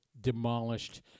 demolished